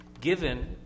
given